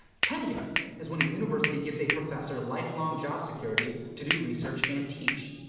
tenure is when a university gives a professor lifelong job security to do research and teach.